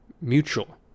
mutual